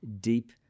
deep